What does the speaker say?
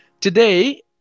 Today